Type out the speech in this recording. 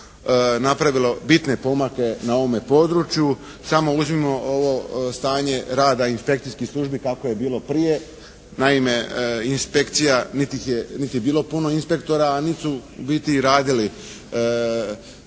napravilo bitne pomake na ovome području. Samo uzmimo ovo stanje rada inspekcijskih službi kako je bilo prije. Naime inspekcija niti ih je, niti je bilo puno inspektora a niti su u biti ni radili